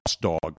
dog